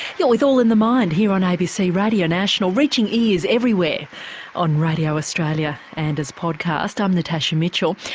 you're with all in the mind here on abc radio national reaching ears everywhere on radio australia and as podcast, i'm natasha mitchell.